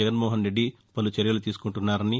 జగన్నోహన్ రెడ్డి పలు చర్యలు తీసుకుంటున్నారని